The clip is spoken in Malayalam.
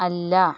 അല്ല